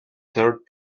third